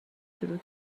شروع